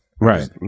Right